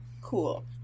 Cool